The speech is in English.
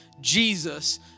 Jesus